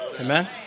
Amen